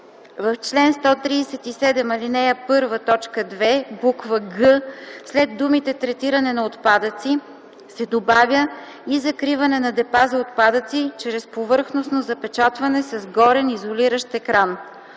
В чл. 137, ал. 1, т. 2, буква „г” след думите „третиране на отпадъци” се добавя „и закриване на депа за отпадъци чрез повърхностно запечатване с горен изолиращ екран”.